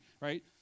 right